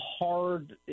hard